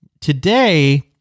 Today